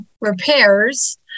repairs